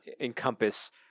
encompass